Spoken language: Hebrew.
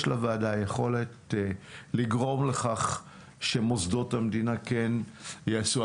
יש לוועדה יכולת לגרום לך שמוסדות המדינה כן יעשו.